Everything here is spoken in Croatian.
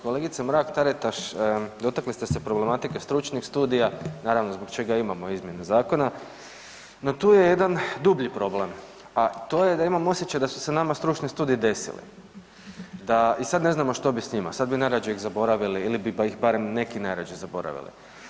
Kolegice Mrak-Taritaš, dotakli ste se problematike stručnih studija, naravno, zbog čega i imamo izmjene zakona, no tu je jedan dublji problem, a to je da imam osjećaj da su se nama stručni studiji desili, da i sad ne znamo što bi s njima, sad bi najrađe ih zaboravili ili bi, barem neki najrađe zaboravili.